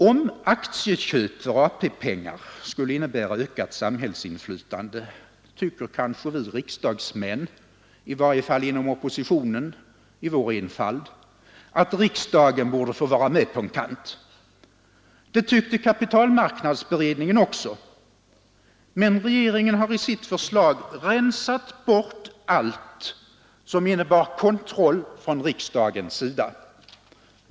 Om aktieköp för AP-pengar skulle innebära ökat samhällsinflytande tycker vi riksdagsmän, i varje fall inom oppositionen, i vår enfald att riksdagen borde få vara med på en kant. Det tyckte kapitalmarknadsutredningen också. Men regeringen har i sitt förslag rensat bort allt som innebar kontroll från riksdagens sida.